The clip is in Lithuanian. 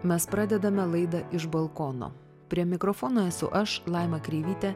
mes pradedame laidą iš balkono prie mikrofono esu aš laima kreivytė